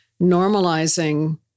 normalizing